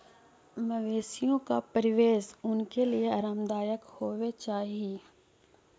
मवेशियों का परिवेश उनके लिए आरामदायक होवे चाही